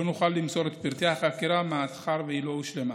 לא נוכל למסור את פרטי החקירה מאחר שהיא לא הושלמה.